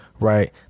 right